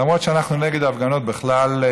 למרות שאנחנו נגד הפגנות בכלל,